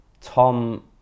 Tom